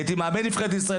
הייתי מאמן נבחרת ישראל